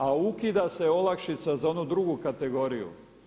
A ukida se olakšica za onu drugu kategoriju.